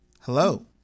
hello